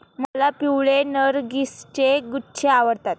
मला पिवळे नर्गिसचे गुच्छे आवडतात